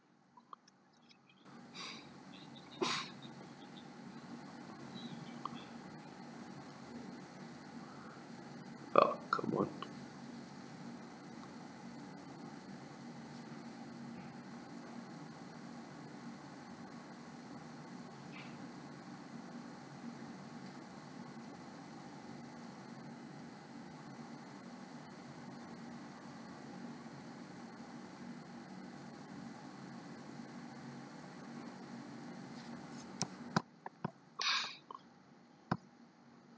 ah come on